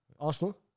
Arsenal